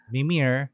Mimir